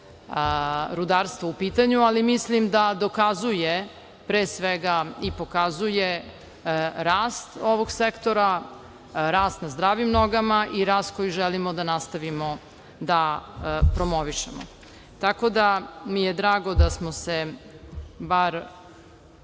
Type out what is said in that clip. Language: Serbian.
rudarstvo u pitanju, ali mislim da dokazuje, pre svega, i pokazuje rast ovog sektora, rast na zdravim nogama i rast koji želimo da nastavimo da promovišemo. Drago mi je da smo čuli bar